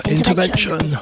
Intervention